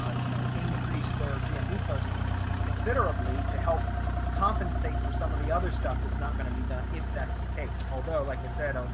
ah you know, increase their gmb posting considerably to help compensate for some of the other stuff that's not going to be done if that's the case, although like i said, ah